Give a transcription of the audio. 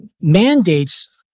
mandates